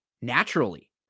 naturally